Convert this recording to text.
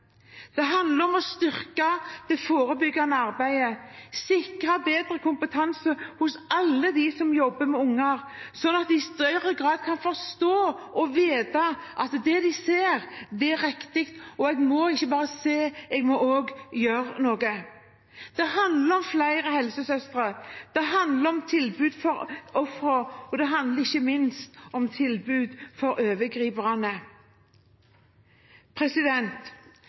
Det handler om å styrke det forebyggende arbeidet, sikre bedre kompetanse hos alle dem som jobber med unger, slik at de i større grad kan forstå og vite at det de ser, er riktig, og en må ikke bare se – en må også gjøre noe. Det handler om flere helsesøstre. Det handler om tilbud for ofrene, og det handler ikke minst om tilbud for overgriperne.